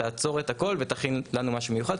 תעצור את הכול ותכין לנו משהו מיוחד.